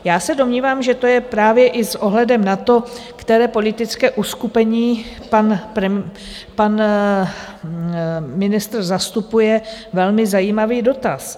Já se domnívám, že to je právě i s ohledem na to, které politické uskupení pan ministr zastupuje, velmi zajímavý dotaz.